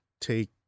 take